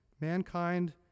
mankind